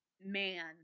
man